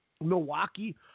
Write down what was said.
Milwaukee